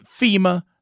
FEMA